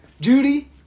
Judy